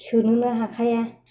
सोनोनो हाखाया